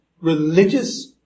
religious